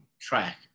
track